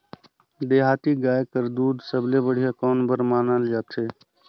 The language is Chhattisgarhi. देहाती गाय कर दूध सबले बढ़िया कौन बर मानल जाथे?